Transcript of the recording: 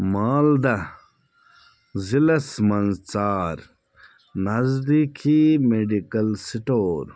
مالدہ ضلعس مَنٛز ژھانڈ نزدیٖکی میڈیکل سٹور